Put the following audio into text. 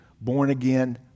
born-again